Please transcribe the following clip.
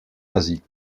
asie